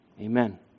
Amen